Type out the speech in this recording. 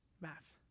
Math